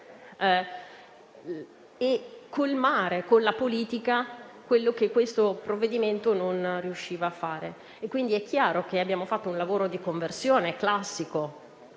e colmare con la politica quello che il provvedimento non riusciva a fare, su cui - è chiaro - abbiamo svolto un lavoro di conversione classico.